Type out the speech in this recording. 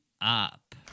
up